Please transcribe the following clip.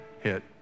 hit